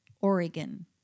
Oregon